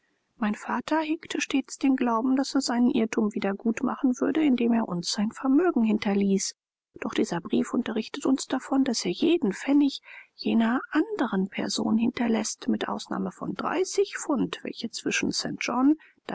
mein vater hegte stets den glauben daß er seinen irrtum wieder gut machen würde indem er uns sein vermögen hinterließ doch dieser brief unterrichtet uns davon daß er jeden pfennig jener anderen person hinterläßt mit ausnahme von dreißig pfund welche